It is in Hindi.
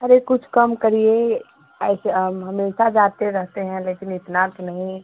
अरे कुछ कम करिए ऐसे हमेसा जाते रहते हैं लेकिन इतना तो नहीं